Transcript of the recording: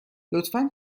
لطفا